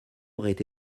aurait